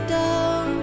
down